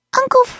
Uncle